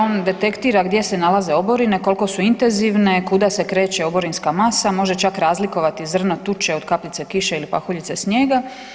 On detektira gdje se nalaze oborine, koliko su intenzivne, kuda se kreće oborinska masa, može čak razlikovati zrno tuče od kapljice kiše ili pahuljice snijega.